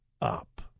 up